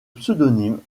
pseudonyme